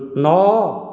ନଅ